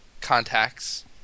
contacts